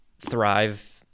thrive